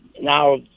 now